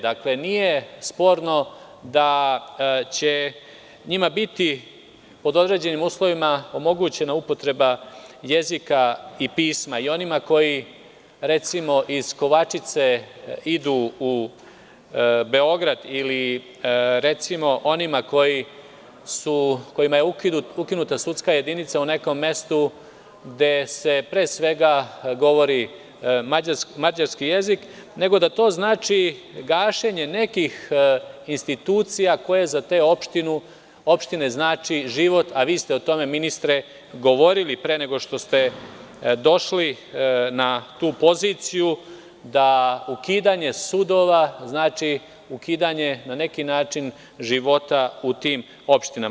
Dakle, nije sporno da će njima biti pod određenim uslovima omogućena upotreba jezika i pisma i onima koji, recimo, iz Kovačice idu u Beograd ili onima kojima je ukinuta sudska jedinica u nekom mestu gde se pre svega govori mađarski jezik, nego da to znači gašenje nekih institucija koje za te opštine znači život, a vi ste o tome ministre govorili pre nego što ste došli na tu poziciju, da ukidanje sudova znači ukidanje, na neki način, života u tim opštinama.